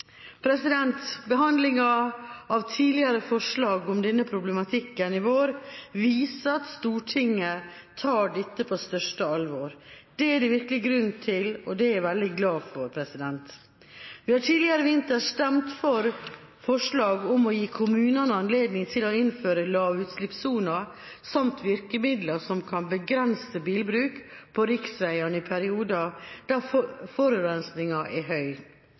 Behandlinga av tidligere forslag om denne problematikken i vår viser at Stortinget tar dette på største alvor. Det er det virkelig grunn til, og det er jeg veldig glad for. Vi har tidligere i vinter stemt for forslag om å gi kommunene anledning til å innføre lavutslippssoner samt virkemidler som kan begrense bilbruk på riksveiene i perioder der forurensninga er høy.